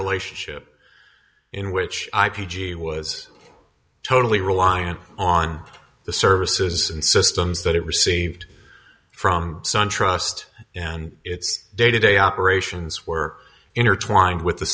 relationship in which i p g was totally reliant on the services and systems that it received from sun trust and its day to day operations were intertwined with the